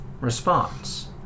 Response